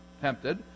tempted